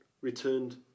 returned